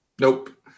Nope